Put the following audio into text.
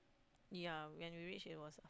ya and reach it was